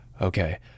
Okay